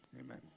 Amen